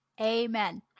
Amen